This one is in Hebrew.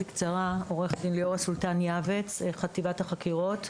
עורכת הדין ליאורה סולטן יעבץ, חטיבת החקירות.